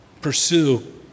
Pursue